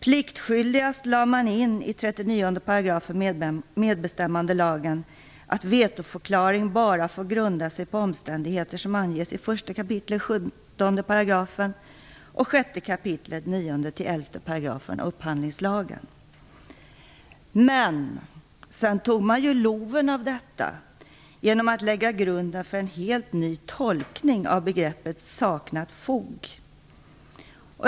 Pliktskyldigast lade man i 39 § medbestämmandelagen in att vetoförklaring bara får grunda sig på omständigheter som anges i 1 kap. 17 § och 6 kap. 9-11 §§ upphandlingslagen. Men sedan tog man loven av detta genom att lägga grunden för en helt ny tolkning av begreppet "saknat fog".